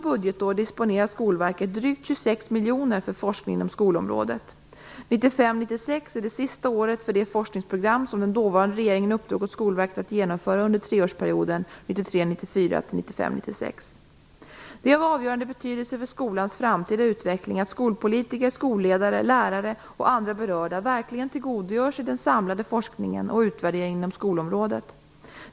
är det sista året för det forskningsprogram som den dåvarande regeringen uppdrog åt Skolverket att genomföra under treårsperioden 1993 96. Det är av avgörande betydelse för skolans framtida utveckling att skolpolitiker, skolledare, lärare och andra berörda verkligen tillgodogör sig den samlade forskningen och utvärderingen inom skolområdet.